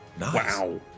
wow